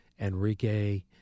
Enrique